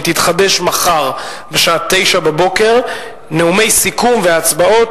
מחר בשעה 09:00. נאומי סיכום והצבעות